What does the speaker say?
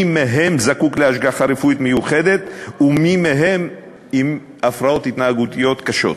מי מהם זקוקה להשגחה רפואית מיוחדת ומי מהם עם הפרעות התנהגותיות קשות.